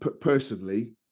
personally